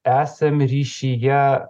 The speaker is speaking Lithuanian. esam ryšyje